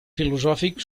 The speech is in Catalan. filosòfic